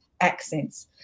Accents